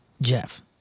Jeff